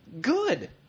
Good